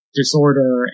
disorder